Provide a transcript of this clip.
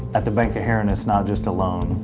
at the bank of herrin, it's not just a loan,